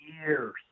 years